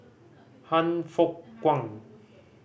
Han Fook Kwang